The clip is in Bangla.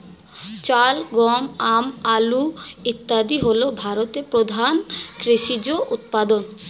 চাল, গম, আম, আলু ইত্যাদি হল ভারতের প্রধান কৃষিজ উপাদান